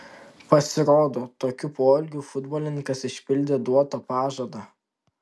pasirodo tokiu poelgiu futbolininkas išpildė duotą pažadą